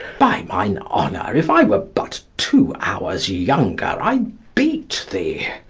by mine honour, if i were but two hours younger, i'd beat thee.